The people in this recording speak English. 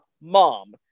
Mom